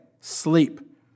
sleep